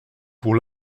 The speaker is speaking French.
pour